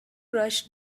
rush